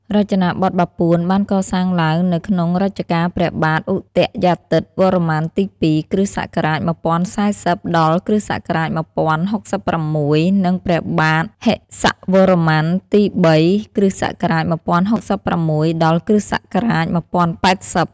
រចនាបថបាពួន បានកសាងឡើងនៅក្នុងរជ្ជកាលព្រះបាទឧទយាទិត្យវរ្ម័នទី ២ (គ.ស.១០៤០ ដល់ គ.ស.១០៦៦) និង ព្រះបាទហិសវរ្ម័នទី ៣ (គ.ស.១០៦៦ ដល់ គ.ស. ១០៨០)។